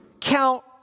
count